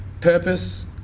purpose